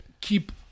keep